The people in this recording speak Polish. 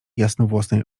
jasnowłosej